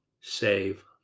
save